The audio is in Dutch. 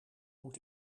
moet